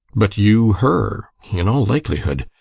but you her? her? in all likelihood!